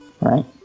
Right